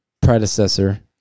Predecessor